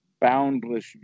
boundless